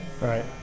right